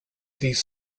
these